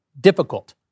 difficult